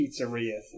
pizzeria